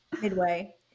midway